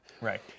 right